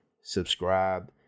subscribe